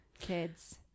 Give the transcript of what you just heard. kids